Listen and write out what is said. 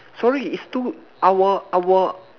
sorry is two our our